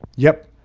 yep.